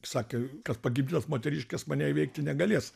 sakė kad pagimdžiusios moteriškės mane įveikti negalės